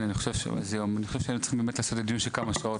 אני חושב שהיינו צריכים באמת לעשות דיון של כמה שעות,